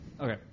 Okay